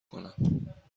کنم